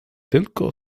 tylko